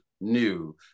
new